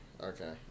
Okay